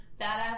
badass